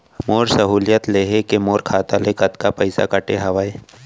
मोर सहुलियत लेहे के मोर खाता ले कतका पइसा कटे हवये?